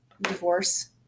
divorce